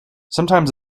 sometimes